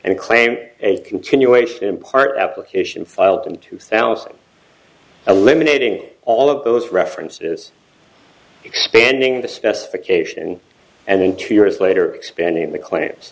and claim a continuation in part application filed in two thousand eliminating all of those references expanding the specification and then two years later expanding the cl